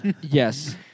yes